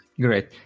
Great